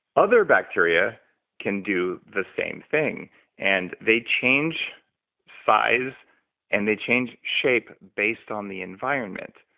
other bacteria can do the same thing and they change size and they change shape based on the environment.